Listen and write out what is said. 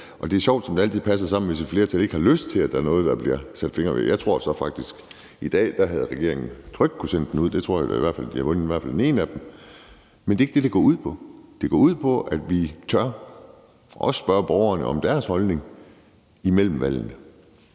Det er jo sjovt, som det altid passer sammen med, at der er et flertal, der ikke har lyst til, at der er noget, der bliver sat fingeren på. Jeg tror så faktisk, at i dag havde regeringen trygt kunnet sende den ud, og så tror jeg, at de i hvert fald havde vundet den ene af dem. Men det er ikke det, det går ud på. Det går ud på, at vi tør spørge borgerne om deres holdning imellem valgene.